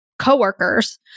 coworkers